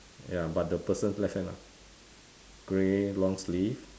ya but the person's left hand lah grey long sleeve